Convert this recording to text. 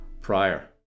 prior